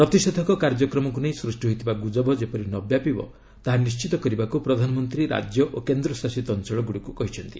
ପ୍ରତିଷେଧକ କାର୍ଯ୍ୟକ୍ରମକୁ ନେଇ ସୃଷ୍ଟି ହୋଇଥିବା ଗୁଜବ ଯେପରି ନ ବ୍ୟାପିବ ତାହା ନିଶ୍ଚିତ କରିବାକୁ ପ୍ରଧାନମନ୍ତ୍ରୀ ରାଜ୍ୟ ଓ କେନ୍ଦ୍ର ଶାସିତ ଅଞ୍ଚଳଗୁଡ଼ିକୁ କହିଛନ୍ତି